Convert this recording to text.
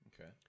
Okay